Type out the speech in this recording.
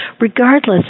regardless